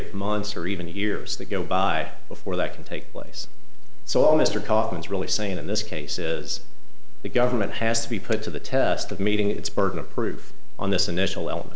of months or even years that go by before that can take place so all mr kaufman is really saying in this case is the government has to be put to the test of meeting its burden of proof on this initial element